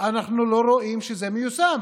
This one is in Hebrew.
לא רואים שזה מיושם.